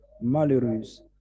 Malheureuse